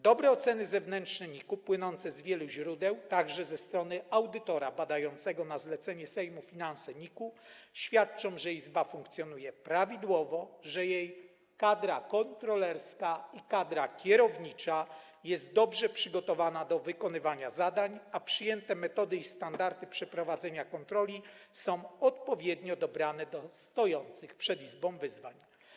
Dobre oceny zewnętrzne NIK-u płynące z wielu źródeł, także ze strony audytora badającego na zlecenie Sejmu finanse NIK, świadczą o tym, że Izba funkcjonuje prawidłowo, że jej kadra kontrolerska i kadra kierownicza są dobrze przygotowane do wykonywania zadań, a przyjęte metody i standardy przeprowadzania kontroli są odpowiednio dobrane do stojących przed Izbą wyzwań.